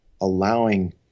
allowing